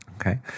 Okay